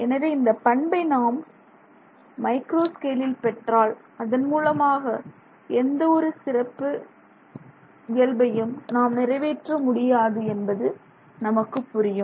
எனவே இந்த பண்பை நாம் மைக்ரோ ஸ்கேலில் பெற்றால் அதன் மூலமாக எந்த ஒரு சிறப்பு இயல்பையும் நாம் நிறைவேற்ற முடியாது என்பது நமக்கு புரியும்